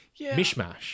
mishmash